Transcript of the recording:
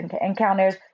encounters